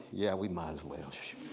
yeah we might as well.